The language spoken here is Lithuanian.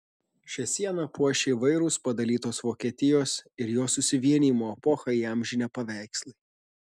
šią sieną puošia įvairūs padalytos vokietijos ir jos susivienijimo epochą įamžinę paveikslai